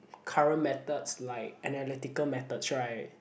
current methods like analytical methods right